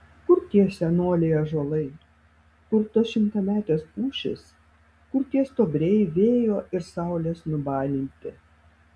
kur tie senoliai ąžuolai kur tos šimtametės pušys kur tie stuobriai vėjo ir saulės nubalinti